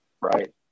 right